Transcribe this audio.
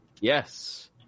Yes